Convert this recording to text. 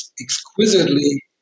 exquisitely